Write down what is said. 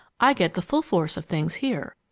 i get the full force of things here.